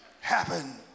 happen